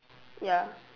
ya